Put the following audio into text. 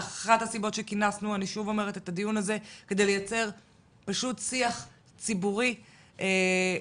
אחת הסיבות שכינסנו את הדיון הזה היא כדי לייצר שיח ציבורי שיתחיל